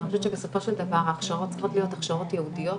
אני חושבת שבסופו של דבר ההכשרות צריכות להיות הכשרות ייעודיות